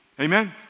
Amen